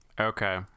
Okay